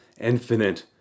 infinite